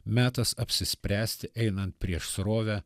metas apsispręsti einant prieš srovę